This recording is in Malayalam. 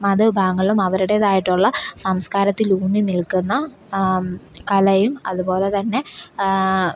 മതവിഭാഗങ്ങളിലും അവരുടേതായിട്ടുള്ള സംസ്കാരത്തിലൂന്നി നിൽക്കുന്ന കലയും അതുപോലെ തന്നെ